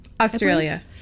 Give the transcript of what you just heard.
Australia